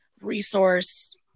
resource